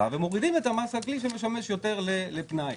ומורידים את המס על כלי שמשמש יותר לפנאי.